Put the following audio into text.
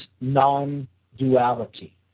non-duality